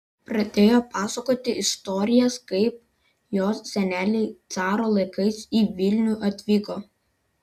pradėjo pasakoti istorijas kaip jos seneliai caro laikais į vilnių atvyko